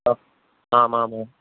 ആ ആണാണ്